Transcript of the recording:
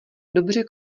dobře